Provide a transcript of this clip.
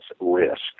risk